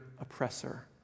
oppressor